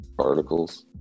Articles